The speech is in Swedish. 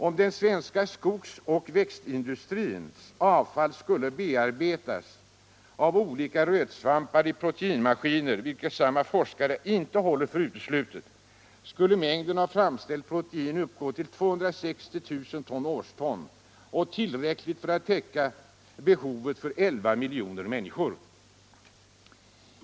Om den svenska skogs och växtindustrins avfall skulle bearbetas av olika rötsvampar i proteinmaskiner, vilket samma forskare inte håller för uteslutet, skulle mängden av framställt protein uppgå till 260 000 årston, tillräckligt för att täcka behovet för 11 miljoner människor.